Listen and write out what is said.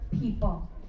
people